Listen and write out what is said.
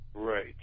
Right